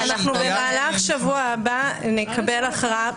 במהלך השבוע הבא נקבל הכרעה.